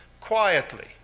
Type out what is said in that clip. quietly